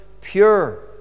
pure